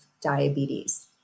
diabetes